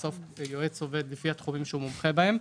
בסוף יועץ עובד לפי התחומים שהוא מומחה בהם.